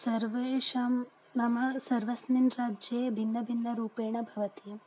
सर्वेषां मम सर्वस्मिन् राज्ये भिन्नभिन्नरूपेण भवति